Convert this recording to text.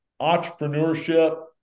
entrepreneurship